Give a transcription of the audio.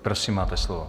Prosím, máte slovo.